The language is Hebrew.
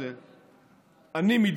היינו עדים בעשורים האחרונים או בעשור